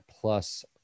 plus